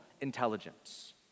intelligence